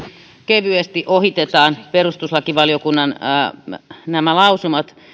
kevyesti ohitetaan perustuslakivaliokunnan lausumat